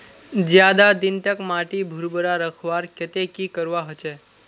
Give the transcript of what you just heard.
ज्यादा दिन तक माटी भुर्भुरा रखवार केते की करवा होचए?